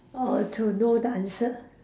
or to know the answer